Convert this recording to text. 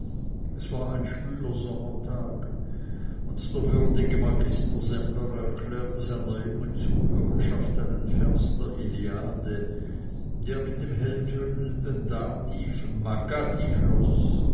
es war ein schwüler sommertag und der würdige magister semmler erklärte seiner jungen zuhörerschaft einen vers der iliade der mit dem helltönenden dativ magdi schloß